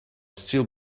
still